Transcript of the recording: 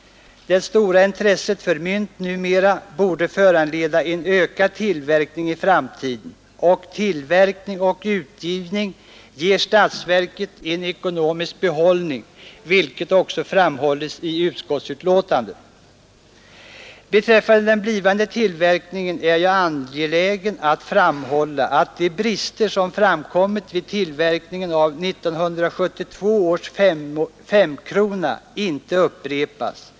Det stora intresset för mynt numera borde föranleda en ökad tillverkning i framtiden. Tillverkning och utgivning av sådana mynt ger statsverket en ekonomisk behållning, vilket också framhållits i utskottsbetänkandet. Beträffande den blivande tillverkningen är jag angelägen att framhålla att de brister som framkommit vid tillverkningen av 1972 års femkrona inte upprepas.